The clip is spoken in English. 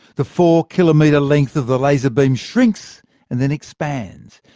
the four-kilometre length of the laser beam shrinks and then expands.